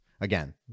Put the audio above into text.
again